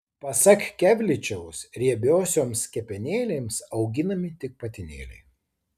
pasak kevličiaus riebiosioms kepenėlėms auginami tik patinėliai